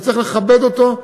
אתה צריך לכבד אותו,